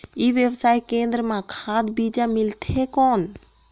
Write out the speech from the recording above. ई व्यवसाय केंद्र मां खाद बीजा मिलथे कौन?